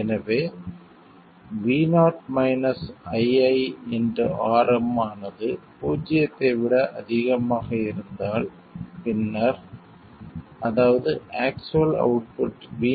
எனவே vo iiRm ஆனது பூஜ்ஜியத்தை விட அதிகமாக இருந்தால் பின்னர் அதாவது ஆக்சுவல் அவுட்புட் vo